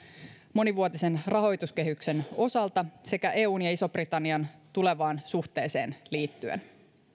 monivuotisen rahoituskehyksen osalta sekä eun ja ison britannian tulevaan suhteeseen liittyen